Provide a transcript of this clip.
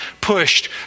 pushed